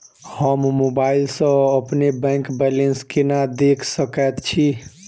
हम मोबाइल सा अपने बैंक बैलेंस केना देख सकैत छी?